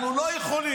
אנחנו לא יכולים.